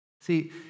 See